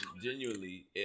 Genuinely